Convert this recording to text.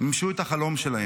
מימשו את החלום שלהם,